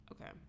Okay